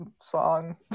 song